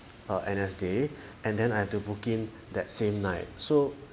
err N_S day and then I have to book in that same night so